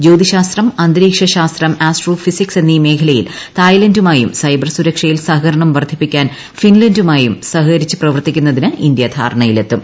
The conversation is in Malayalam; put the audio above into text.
ജോതിശാസ്ത്രം അന്തരീക്ഷ ശാസ്ത്രം ആസ്ട്രോഫിസിക്സ് എന്നീ മേഖലയിൽ തായ്ലാന്റുമായും സൈബ്രർ സ്വ്ര്ക്ഷയിൽ സഹകരണം വർദ്ധിപ്പിക്കാൻ ഫിൻലാന്റുമായി സഹികരിച്ചു പ്രവർത്തിക്കുന്നതിനും ഇന്ത്യ ധാരണയിലെത്തും